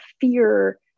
fear